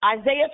Isaiah